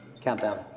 Countdown